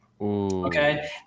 Okay